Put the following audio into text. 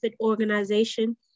organization